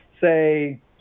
say